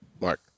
Mark